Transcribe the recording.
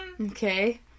Okay